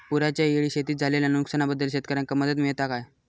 पुराच्यायेळी शेतीत झालेल्या नुकसनाबद्दल शेतकऱ्यांका मदत मिळता काय?